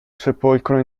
sepolcro